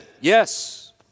yes